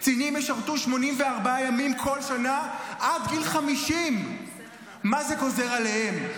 קצינים ישרתו 84 ימים כל שנה עד גיל 50. מה זה גוזר עליהם?